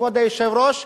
כבוד היושב-ראש,